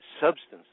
substance